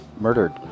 murdered